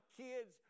kids